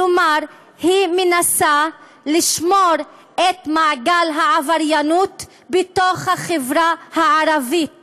כלומר היא מנסה לשמור את מעגל העבריינות בחברה הערבית